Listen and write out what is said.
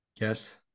Yes